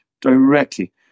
directly